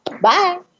Bye